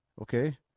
okay